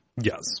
Yes